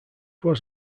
was